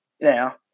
Now